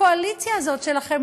הקואליציה הזאת שלכם,